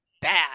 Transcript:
bad